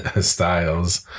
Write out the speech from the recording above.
styles